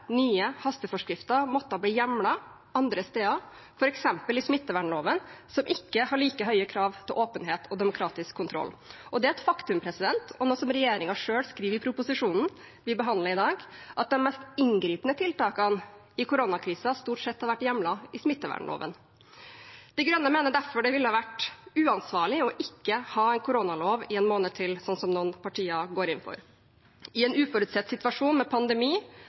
nye hasteforskrifter måtte bli hjemlet andre steder, f.eks. i smittevernloven, som ikke har like høye krav til åpenhet og demokratisk kontroll. Det er et faktum, noe som regjeringen selv skriver i proposisjonen vi behandler i dag, at de mest inngripende tiltakene i koronakrisen stort sett har vært hjemlet i smittevernloven. De Grønne mener derfor det ville ha vært uansvarlig ikke å ha en koronalov én måned til, sånn som noen partier går inn for. I en uforutsett situasjon med pandemi,